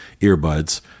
earbuds